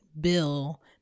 bill